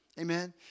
Amen